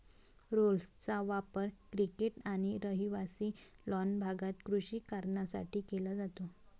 रोलर्सचा वापर क्रिकेट आणि रहिवासी लॉन भागात कृषी कारणांसाठी केला जातो